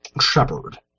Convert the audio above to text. Shepherd